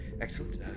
Excellent